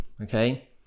okay